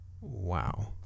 Wow